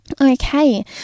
Okay